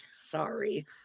sorry